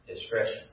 discretion